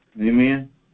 Amen